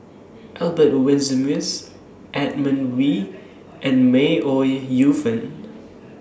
Albert Winsemius Edmund Wee and May Ooi Yu Fen